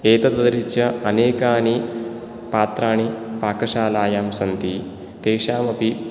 एतदतिरिच्य अनेकानि पात्राणि पाकशालायां सन्ति तेषामपि